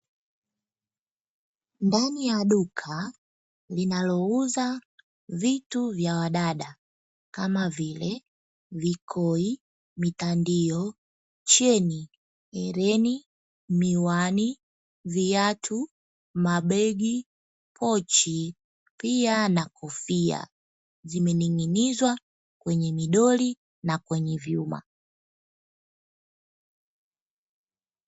Ndani ya duka linalouza vitu vya wadada kama vile: vikoi, mitandio, cheni, hereni, miwani, viatu, mabegi, pochi pia na kofia zimening'inizwa kwenye midoli na kwenye vyuma.